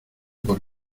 por